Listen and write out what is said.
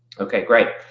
ok, great.